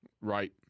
Right